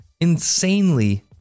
insanely